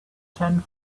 ten